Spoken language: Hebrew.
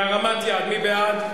מי נמנע?